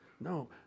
no